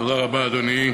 תודה רבה, אדוני.